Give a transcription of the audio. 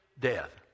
death